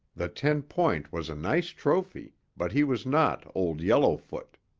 the ten point was a nice trophy but he was not old yellowfoot.